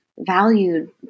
valued